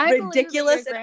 ridiculous